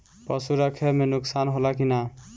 पशु रखे मे नुकसान होला कि न?